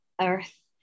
earth